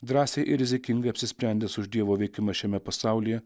drąsiai ir rizikingai apsisprendęs už dievo veikimą šiame pasaulyje